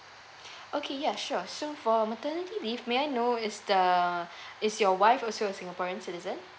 okay ya sure so for maternity leave may I know is the is your wife also a singaporean citizen